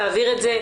תעביר את זה.